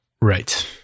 Right